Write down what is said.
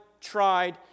tried